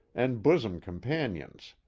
and bosom companions.